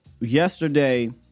yesterday